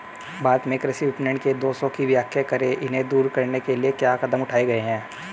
भारत में कृषि विपणन के दोषों की व्याख्या करें इन्हें दूर करने के लिए क्या कदम उठाए गए हैं?